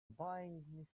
buying